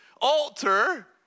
altar